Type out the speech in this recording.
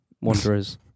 wanderers